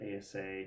asa